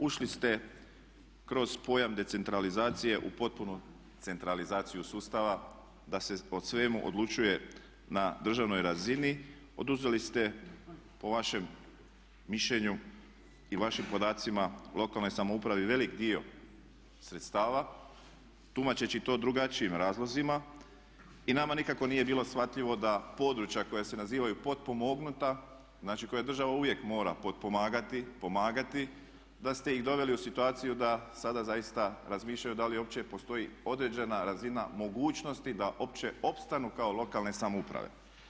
Ušli ste kroz pojam decentralizacije u potpunu centralizaciju sustava da se o svemu odlučuje na državnoj razini, oduzeli ste po vašem mišljenju i vašim podacima lokalnoj samoupravi velik dio sredstava tumačeći to drugačijim razlozima i nama nikako nije bilo shvatljivo da područja koja se nazivaju potpomognuta, znači koje država uvijek mora potpomagati, pomagati da ste ih doveli u situaciju da sada zaista razmišljaju da li uopće postoji određena razina mogućnosti da uopće opstanu kao lokalne samouprave.